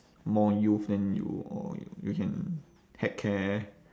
more youth then you orh you you can heck care